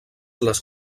les